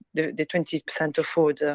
the the twenty percent of food